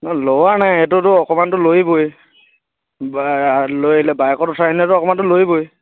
নহয় লৰোৱা নাই সেইটোতো অকণমানটো লৰিবই বা লৰিলে বাইকত উঠাই আনিলে অকণমানটো লৰিবই